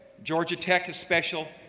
georgia tech is special,